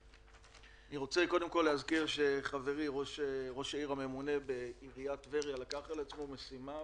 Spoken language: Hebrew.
אני רוצה להזכיר שחברי ראש העיר הממונה בעיריית טבריה לקח לעצמו משימה.